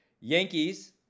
Yankees